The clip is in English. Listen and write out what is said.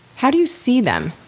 how do you see them?